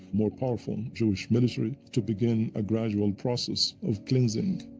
more powerful jewish military to begin a gradual process of cleansing,